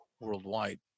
worldwide